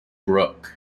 brooke